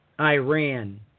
Iran